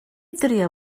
drio